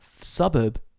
suburb